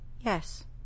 Yes